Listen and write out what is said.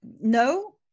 no